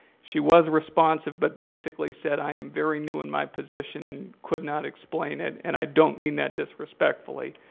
she was responsive, but basically said, i am very new in my position, and could not explain it. and i don't mean that disrespectfully.